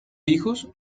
hijos